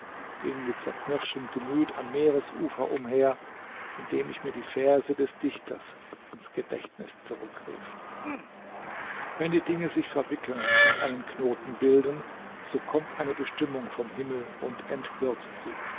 ging mit zerknirschtem gemüt am meeresufer umher indem ich mir die verse des dichters ins gedächtnis zurückrief wenn die dinge sich verwickeln und einen knoten bilden so kommt eine bestimmung vom himmel und entwirrt sie